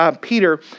Peter